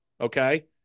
okay